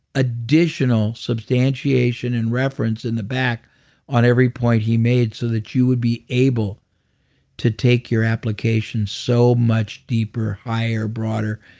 additional substantiation and reference in the back on every point he made so that you would be able to take your application so much deeper, higher, broader,